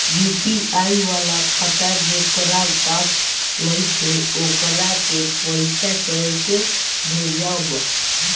UPI वाला खाता जेकरा पास नईखे वोकरा के पईसा कैसे भेजब?